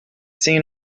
seen